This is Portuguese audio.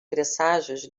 presságios